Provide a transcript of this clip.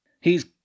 He's